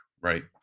right